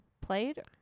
played